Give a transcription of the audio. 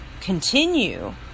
continue